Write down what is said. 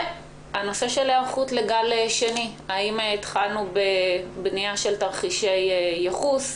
ונושא ההיערכות לגל שני האם התחלנו בבנייה של תרחישי ייחוס?